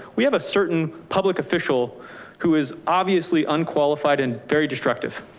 we have a certain public official who is obviously unqualified and very destructive.